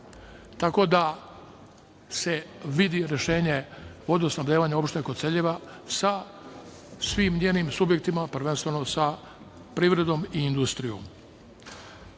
tako da se vidi rešenje vodosnabdevanje opštine Koceljeva sa svim njenima subjektima, prvenstveno sa privredom i industrijom. Drugi